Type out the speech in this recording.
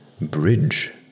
bridge